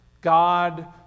god